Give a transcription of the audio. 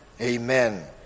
Amen